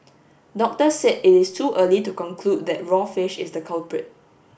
doctors said it is too early to conclude that raw fish is the culprit